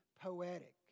poetic